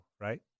Right